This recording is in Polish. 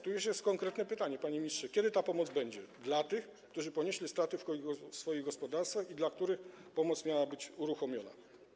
Tu jest konkretne pytanie, panie ministrze: Kiedy będzie pomoc dla tych, którzy ponieśli straty w swoich gospodarstwach, dla których ta pomoc miała być uruchomiona?